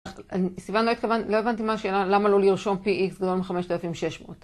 סיוון, לא הבנתי מה השאלה, למה לא לרשום PX גדול מ-5,600?